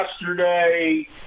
Yesterday